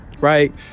right